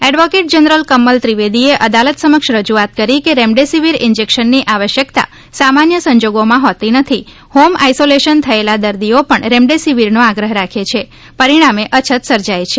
advocate general Kamal ત્રિવેદીએ અદાલત સમક્ષ રજૂઆત કરી કે રેમડેસીવીર ઇન્જેક્શનની આવશ્યકતા સામાન્ય સંજોગોમાં હોતી નથી હોમ આઈસોલેશન થયેલા દર્દીઓ પણ રેમડેસિવીરનો આગ્રહ રાખે છે પરિણામે અછત સર્જાઈ છે